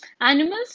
Animals